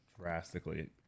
drastically